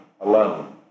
alone